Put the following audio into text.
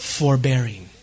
forbearing